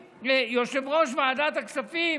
יושב-ראש ועדת הכספים